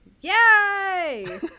Yay